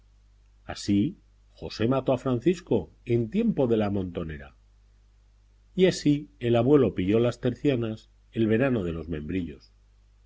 así josé mató a francisco en tiempo de la montonera y así el abuelo pilló las tercianas el verano de los membrillos